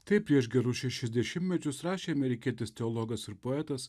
taip prieš gerus šešis dešimtmečius rašė amerikietis teologas ir poetas